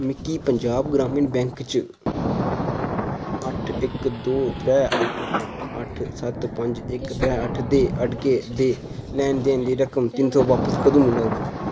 मिगी पंजाब ग्रामीण बैंक च अठ्ठ इक दो त्रै अठ्ठ अठ्ठ अठ्ठ सत्त पंज इक त्रै अठ्ठ दे अड़के दे लैन देन दी रकम तिन्न सौ बापस कदूं मिलग